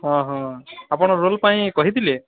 ଓହୋ ଆପଣ ରୋଲ୍ ପାଇଁ କହିଥିଲେ